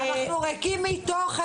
אנחנו ריקים מתוכן.